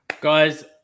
Guys